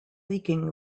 leaking